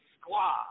squad